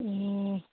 ए